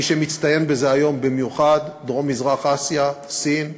מי שמצטיין בזה היום במיוחד, דרום-מזרח אסיה, סין,